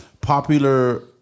popular